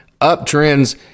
uptrends